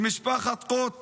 למשפחת קוט